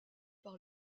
par